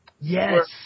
Yes